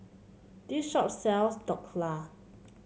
this shop sells Dhokla